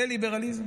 זה ליברליזם?